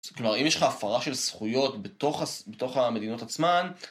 כלומר, אם יש לך הפרה של זכויות בתוך המדינות עצמן...